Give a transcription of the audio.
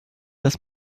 das